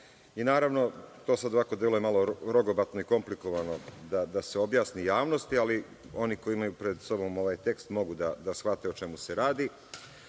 godine. Naravno, to sad ovako malo deluje i rogobatno i komplikovano da se objasni javnosti, ali oni koji imaju pred sobom ovaj tekst mogu da shvate o čemu se radi.